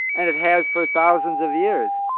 and it has for thousands of years.